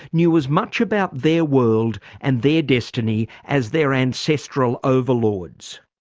knew as much about their world and their destiny as their ancestral overlords.